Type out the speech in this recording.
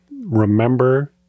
remember